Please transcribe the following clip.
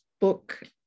book